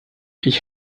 ich